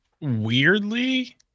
Weirdly